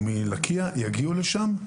או מלקיה יגיעו לשם.